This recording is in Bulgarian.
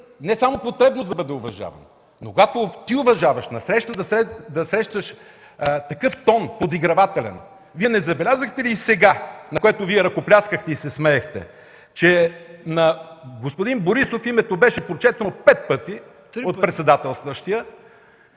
не само потребност да бъде уважаван, но когато ти уважаваш, насреща да срещаш такъв тон – подигравателен...?! Вие не забелязахте ли и сега, на което Вие ръкопляскахте и се смеехте, че на господин Борисов името беше прочетено пет пъти от председателстващия